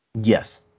Yes